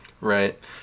Right